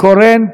קורן תברך.